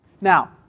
Now